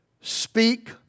Speak